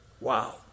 Wow